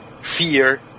fear